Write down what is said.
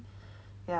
yah